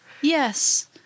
yes